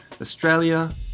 Australia